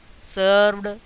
served